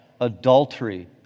adultery